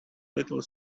little